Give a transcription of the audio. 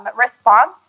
response